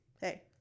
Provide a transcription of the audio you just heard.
hey